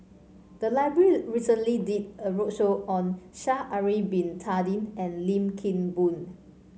the library recently did a roadshow on Sha'ari Bin Tadin and Lim Kim Boon